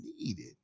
needed